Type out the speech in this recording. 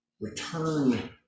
Return